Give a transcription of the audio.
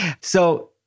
So-